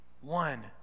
one